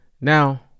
Now